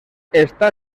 està